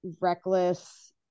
reckless